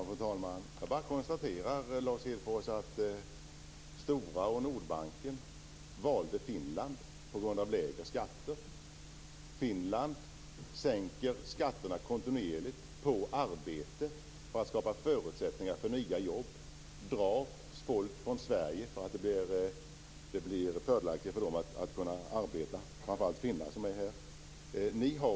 Fru talman! Jag bara konstaterar att Stora och Nordbanken valde Finland på grund av lägre skatter. Finland sänker kontinuerligt skatten på arbete för att skapa förutsättningar för nya jobb. Finland drar folk från Sverige därför att det blir fördelaktigare att arbeta där.